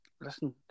listen